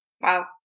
Wow